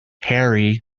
harry